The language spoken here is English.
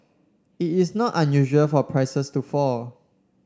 it is not unusual for prices to fall